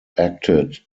acted